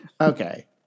okay